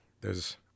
there's-